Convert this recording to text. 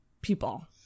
people